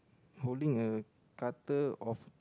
holding a cutter of